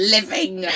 Living